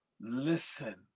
listen